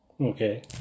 Okay